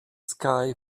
sky